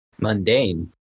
Mundane